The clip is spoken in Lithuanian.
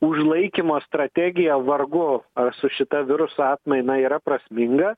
užlaikymo strategija vargu ar su šita viruso atmaina yra prasminga